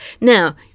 Now